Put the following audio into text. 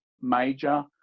major